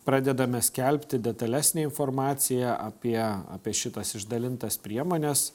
pradedame skelbti detalesnę informaciją apie apie šitas išdalintas priemones